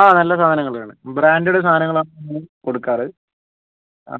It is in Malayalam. ആ നല്ല സാധനങ്ങളാണ് ബ്രാൻഡഡ് സാധനങ്ങളാണ് നമ്മൾ കൊടുക്കാറ് ആ